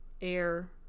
air